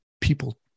people